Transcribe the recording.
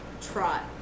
trot